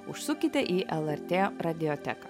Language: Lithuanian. užsukite į lrt radioteką